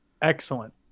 Excellent